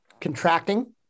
contracting